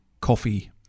coffee